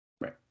Right